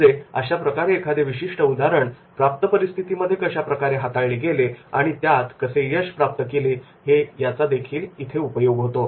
म्हणजेच अशा प्रकारे एखादे विशिष्ट उदाहरण प्राप्त परिस्थितीमध्ये कशा प्रकारे हाताळले गेले आणि त्यात कसे यश प्राप्त केले गेले याचा देखील उपयोग होतो